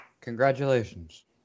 Congratulations